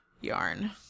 yarn